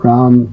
Ram